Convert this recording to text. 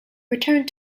returned